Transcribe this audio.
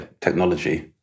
technology